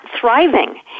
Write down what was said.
thriving